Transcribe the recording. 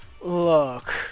Look